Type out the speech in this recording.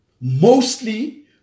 mostly